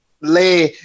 Le